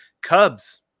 cubs